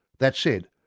that said,